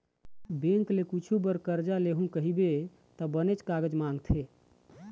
bank ले कुछु बर करजा लेहूँ कहिबे त बनेच कागज मांगथे